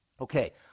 Okay